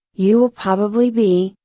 you will probably be,